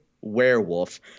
werewolf